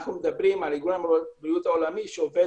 אנחנו מדברים על ארגון הבריאות העולמי שעובד